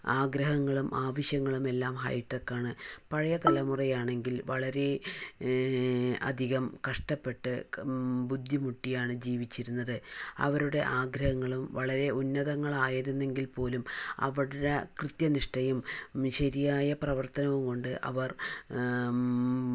ആഗ്രഹങ്ങളും ആവശ്യങ്ങളും എല്ലാം ഹൈടെക് ആണ് പഴയ തലമുറ ആണെങ്കിൽ വളരെ അധികം കഷ്ടപ്പെട്ട് ബുദ്ധിമുട്ടിയാണ് ജീവിച്ചിരുന്നത് അവരുടെ ആഗ്രഹങ്ങളും വളരെ ഉന്നതങ്ങൾ ആയിരുന്നെങ്കിൽ പോലും അവരുടെ കൃത്യനിഷ്ഠയും ശരിയായ പ്രവർത്തനവും കൊണ്ട് അവർ